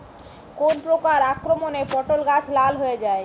কোন প্রকার আক্রমণে পটল গাছ লাল হয়ে যায়?